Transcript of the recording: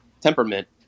temperament